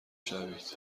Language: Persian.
شوید